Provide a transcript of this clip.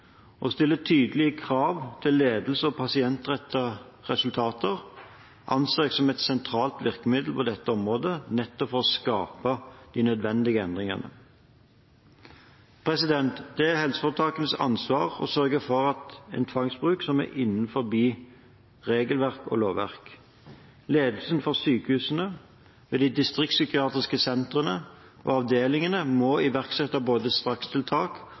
Å stille tydelige krav til ledelse og pasientrettede resultater anser jeg som et sentralt virkemiddel på dette området, nettopp for å skape de nødvendige endringene. Det er helseforetakenes ansvar å sørge for en tvangsbruk som er innenfor regelverk og lovverk. Ledelsen for sykehusene, ved de distriktpsykiatriske sentrene og avdelingene må iverksette både strakstiltak